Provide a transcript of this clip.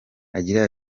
agira